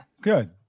good